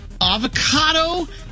avocado